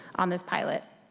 on this pilot.